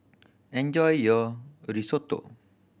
enjoy your a Risotto